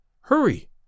Hurry